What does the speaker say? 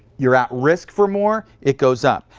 you're at risk for more, it goes up.